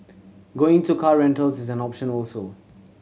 going to car rentals is an option also